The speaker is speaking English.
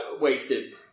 wasted